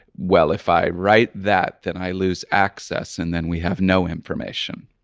well, if i write that, then i lose access and then we have no information.